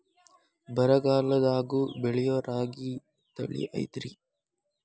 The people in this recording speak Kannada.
ಬರಗಾಲದಾಗೂ ಬೆಳಿಯೋ ರಾಗಿ ತಳಿ ಐತ್ರಿ?